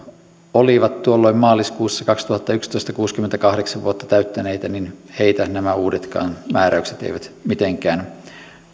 olivat tuolloin kaksituhattayksitoista maaliskuussa kuusikymmentäkahdeksan vuotta täyttäneitä niin heitä nämä uudetkaan määräykset eivät mitenkään